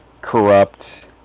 corrupt